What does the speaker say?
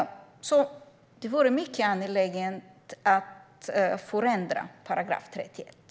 Det vore mycket angeläget att förändra 31 §.